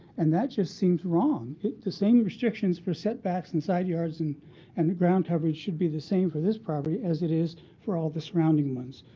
and that just seems wrong. the same restrictions for setbacks and side yards and and the ground coverage should be the same for this property as it is for all the surrounding ones.